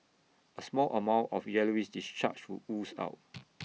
A small amount of yellowish discharge would ooze out